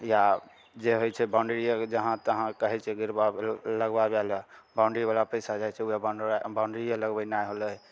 या जे होइ छै बाउण्ड्रीयेके जहाँ तहाँ कहय छै गिरबाबय लए लगबा दै लए बाउण्ड्रीवला पैसा जाइ छै उएह बाउण्ड्री बाउण्ड्रीये लगबेनाइ होलय